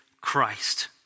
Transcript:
Christ